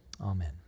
Amen